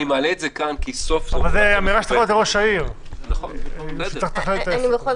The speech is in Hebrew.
אני מציעה שלא נקבע מסמרות בעניין הזה בחוק